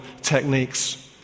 techniques